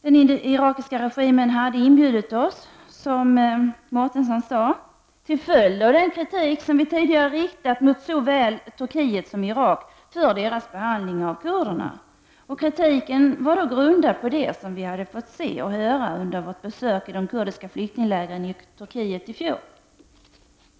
Den irakiska regimen hade, som Ingela Mårtensson sade, inbjudit oss som en följd av att vi tidigare hade riktat kritik mot såväl Turkiet som Irak för deras behandling av kurderna. Kritiken var grundad på det som vi fått se och höra under vårt besök i de kurdiska flyktinglägren i Turkiet i fjol.